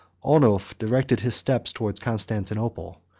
onulf directed his steps towards constantinople,